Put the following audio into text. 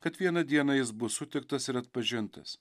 kad vieną dieną jis bus sutiktas ir atpažintas